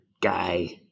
guy